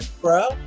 bro